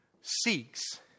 Seeks